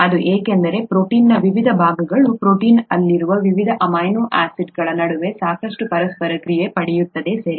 ಅದು ಏಕೆಂದರೆ ಪ್ರೋಟೀನ್ನ ವಿವಿಧ ಭಾಗಗಳು ಪ್ರೋಟೀನ್ ಅಲ್ಲಿರುವ ವಿವಿಧ ಅಮೈನೋ ಆಸಿಡ್ಗಳ ನಡುವೆ ಸಾಕಷ್ಟು ಪರಸ್ಪರ ಕ್ರಿಯೆ ನಡೆಯುತ್ತದೆ ಸರಿ